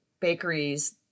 bakeries